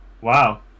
Wow